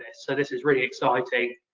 so this is really exciting